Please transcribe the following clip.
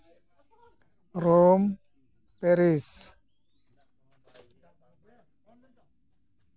Rome Paris